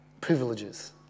privileges